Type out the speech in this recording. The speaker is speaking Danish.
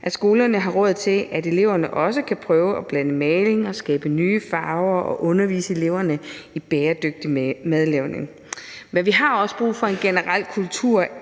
at skolerne har råd til, at eleverne også kan prøve at blande maling og skabe nye farver og undervise eleverne i bæredygtig madlavning. Men vi har også brug for en generel